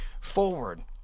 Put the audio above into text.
forward